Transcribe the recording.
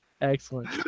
Excellent